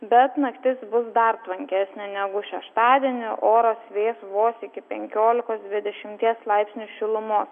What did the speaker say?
bet naktis bus dar tvankesnė negu šeštadienį oras vės vos iki penkiolikos dvidešimties laipsnių šilumos